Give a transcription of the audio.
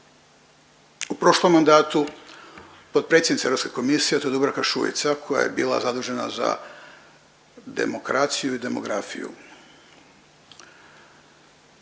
u prošlom mandatu potpredsjednica Europske komisije, a to je Dubravka Šuica koja je bila zadužena za demokraciju i demografiju